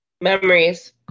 Memories